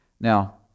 Now